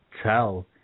Tell